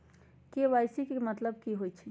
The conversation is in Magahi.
के.वाई.सी के कि मतलब होइछइ?